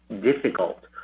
difficult